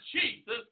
Jesus